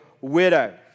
widow